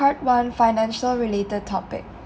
part one financial related topic